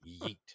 Yeet